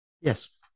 Yes